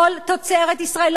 כל תוצרת ישראל,